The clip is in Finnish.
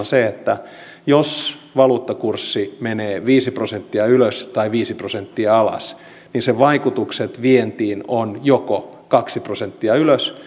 se että jos valuuttakurssi menee viisi prosenttia ylös tai viisi prosenttia alas niin sen vaikutukset vientiin ovat joko kaksi prosenttia ylös